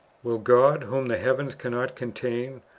will god, whom the heavens cannot contain,